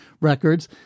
records